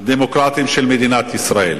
הדמוקרטיים של מדינת ישראל.